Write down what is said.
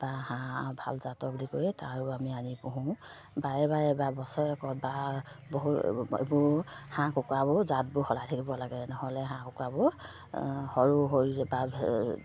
বা হাঁহ ভাল জাতৰ বুলি কয় তাৰো আমি আনি পোহোঁ বাৰে বাৰে বা বছৰেকত বা বহু এইবোৰ হাঁহ কুকুৰাবোৰ জাতবোৰ সলাই থাকিব লাগে নহ'লে হাঁহ কুকুৰাবোৰ সৰু হৈ বা